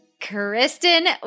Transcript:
Kristen